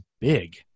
big